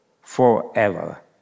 forever